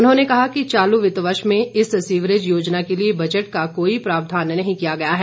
उन्होंने कहा कि चालू वित्त वर्ष में इस सीवरेज योजना के लिए बजट का कोई प्रावधान नहीं किया गया है